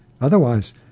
Otherwise